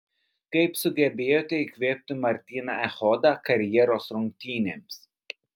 kaip sugebėjote įkvėpti martyną echodą karjeros rungtynėms